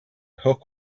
hook